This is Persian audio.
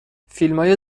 فیلمای